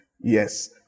Yes